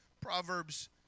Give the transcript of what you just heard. Proverbs